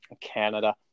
Canada